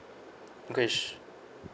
okay sure